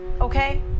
okay